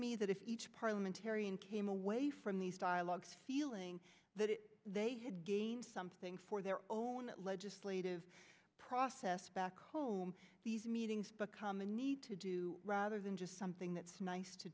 me that if each parliamentarian came away from these dialogues feeling that they had gained something for their own legislative process back home these meetings become the need to do rather than just something that's nice to